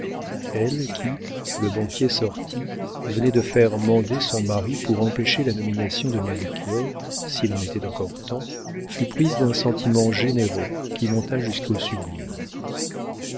elle qui le banquier sorti venait de faire mander son mari pour empêcher la nomination de melchior s'il en était encore temps fut prise d'un sentiment généreux qui monta jusqu'au sublime